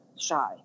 shy